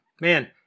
Man